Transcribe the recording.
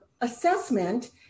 assessment